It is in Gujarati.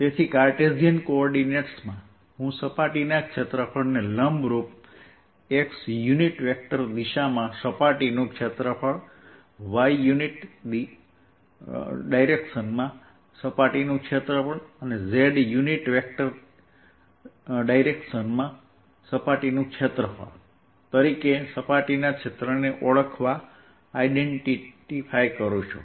તેથી કાર્ટેશિયન કોઓર્ડિનેટ્સમાં હું સપાટીના ક્ષેત્રફળને લંબરૂપ x દિશામાં સપાટીનું ક્ષેત્રફળ y દિશામાં સપાટીનું ક્ષેત્રફળ અને z દિશામાં સપાટીનું ક્ષેત્રફળ તરીકે સપાટીના ક્ષેત્રને ઓળખવા માંગુ છું